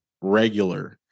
regular